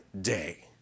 day